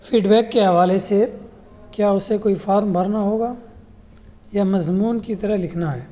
feed back کے حوالے سے کیا اسے کوئی فارم بھرنا ہوگا یا مضمون کی طرح لکھنا ہے